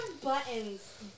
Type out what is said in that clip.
buttons